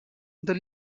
the